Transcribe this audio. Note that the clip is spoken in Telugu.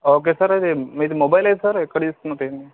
ఓకే సార్ అది మీది మొబైల్ ఏది సార్ ఎక్కడ తీసుకున్నారు ఏంది